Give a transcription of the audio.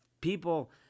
people